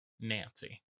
nancy